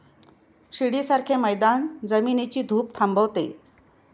शिडीसारखे मैदान जमिनीची धूप थांबवते